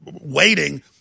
waiting